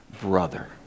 Brother